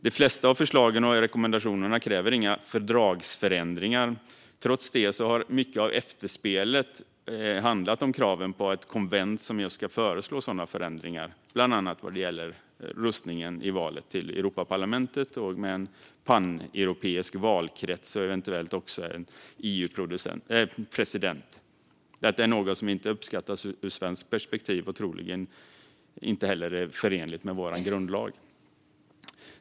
De flesta förslagen och rekommendationerna kräver inga fördragsförändringar. Trots det har mycket av efterspelet handlat om kraven på ett konvent som just ska föreslå sådana förändringar bland annat vad gäller röstningen i valet till Europaparlamentet med en paneuropeisk valkrets och eventuellt också en EU-president. Detta är något som inte uppskattas ur ett svenskt perspektiv och troligen inte heller är förenligt med vår grundlag.